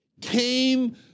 came